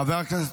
חבר הכנסת,